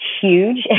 huge